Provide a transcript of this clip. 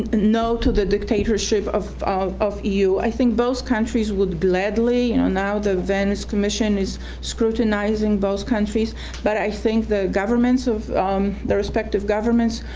and no to the dictatorship of of eu. i think both countries would gladly you know now the venice commission is scrutinizing both countries but i think the governments, the respective governments,